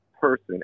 person